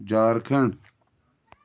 جھار کھنٛڈ